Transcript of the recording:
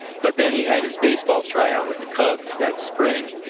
but then he had his baseball tryout with the cubs that spring,